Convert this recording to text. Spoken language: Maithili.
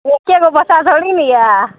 एके गो बच्चा थोड़े नहि यै